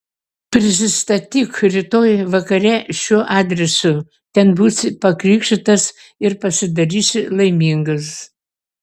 prisistatyk rytoj vakare šiuo adresu ten būsi pakrikštytas ir pasidarysi laimingas